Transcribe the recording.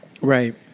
Right